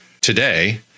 today